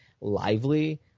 lively